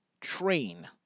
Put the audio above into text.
train